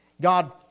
God